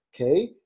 Okay